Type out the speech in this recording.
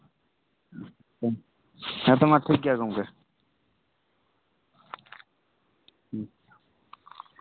ᱟᱪᱪᱷᱟ ᱦᱮᱸ ᱛᱚ ᱢᱟ ᱴᱷᱤᱠ ᱜᱮᱭᱟ ᱜᱚᱢᱠᱮ